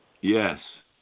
Yes